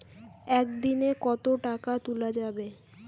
একদিন এ কতো টাকা তুলা যাবে?